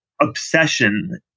obsession